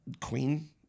queen